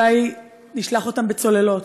אולי נשלח אותם בצוללות,